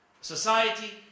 society